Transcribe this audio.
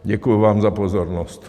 Děkuji vám za pozornost.